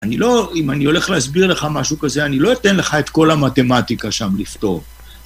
אני לא, אם אני הולך להסביר לך משהו כזה, אני לא אתן לך את כל המתמטיקה שם לפתור.